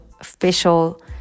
official